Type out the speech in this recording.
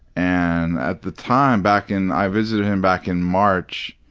and at the time, back in i visited him back in march,